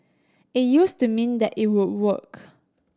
it used to mean that it would work